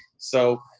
so,